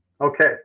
Okay